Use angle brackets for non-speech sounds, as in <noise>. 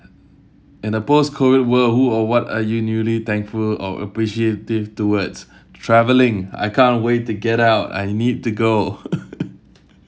in the post COVID world who or what are you newly thankful or appreciative towards travelling I can't wait to get out I need to go <laughs>